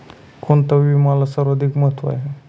कोणता विम्याला सर्वाधिक महत्व आहे?